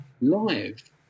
live